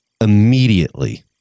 immediately